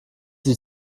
die